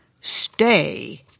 Stay